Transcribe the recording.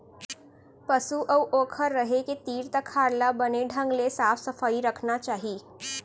पसु अउ ओकर रहें के तीर तखार ल बने ढंग ले साफ सफई रखना चाही